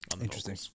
Interesting